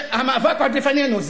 המאבק עוד לפנינו.